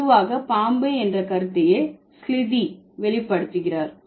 பொதுவாக பாம்பு என்ற கருத்தையே ஸ்லிதி வெளிப்படுத்துகிறார்